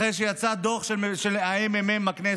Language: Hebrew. אחרי שיצא דוח של הממ"מ בכנסת.